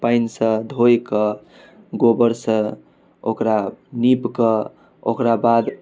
पानिसँ धोइके गोबरसँ ओकरा निपिकऽ ओकराबाद